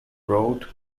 wrote